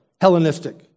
Hellenistic